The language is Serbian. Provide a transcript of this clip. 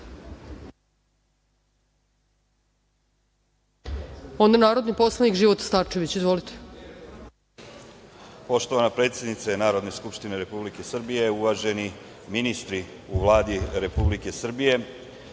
narodni poslanik Života Starčević. **Života Starčević** Poštovana predsednice Narodne skupštine Republike Srbije, uvaženi ministri u Vladi Republike Srbije,